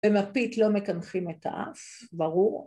עם מפית לא מקנחים את האף, ברור.